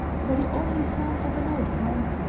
for the only son of an old friend.